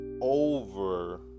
over